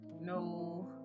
no